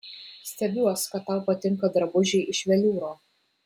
stebiuos kad tau patinka drabužiai iš veliūro